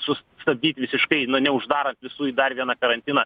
sustabdyt visiškai neuždaro visų įdarbina karantiną